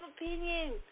opinion